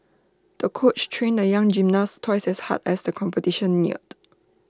the coach trained the young gymnast twice as hard as the competition neared